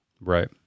Right